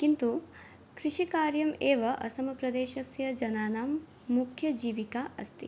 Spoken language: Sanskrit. किन्तु कृषिकार्यम् एव असमप्रदेशस्य जनानां मुख्यजीविका अस्ति